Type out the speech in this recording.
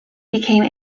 became